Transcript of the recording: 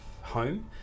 home